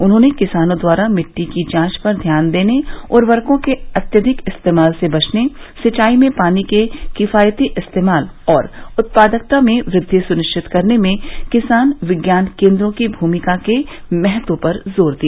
उन्होंने किसानों द्वारा मिट्टी की जांच पर ध्यान देने उर्वरकों के अत्यधिक इस्तेमाल से बचने सिंचाई में पानी के किफायती इस्तेमाल और उत्पादकता में वृद्धि सुनिश्चित करने में किसान विज्ञान केंद्रों की भूमिका के महत्व पर जोर दिया